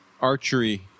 archery